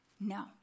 No